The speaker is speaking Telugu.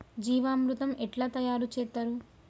జీవామృతం ఎట్లా తయారు చేత్తరు?